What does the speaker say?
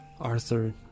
Arthur